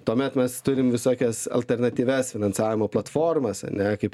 tuomet mes turim visokias alternatyvias finansavimo platformas ane kaip